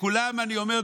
לכולם אני אומר,